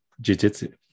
Jiu-Jitsu